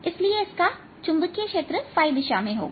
इसलिए इसका चुंबकीय क्षेत्र दिशा में होगा